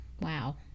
wow